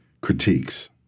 critiques